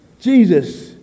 Jesus